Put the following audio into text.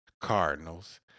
Cardinals